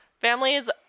Families